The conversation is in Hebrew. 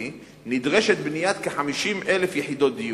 נדרשת בניית כ-50,000 יחידות דיור.